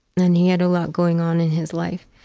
and he had a lot going on in his life.